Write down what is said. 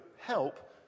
help